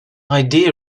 idea